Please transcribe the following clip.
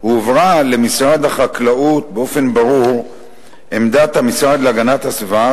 שהתנהלו הובהרה למשרד החקלאות באופן ברור עמדת המשרד להגנת הסביבה,